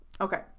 Okay